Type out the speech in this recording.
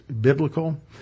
biblical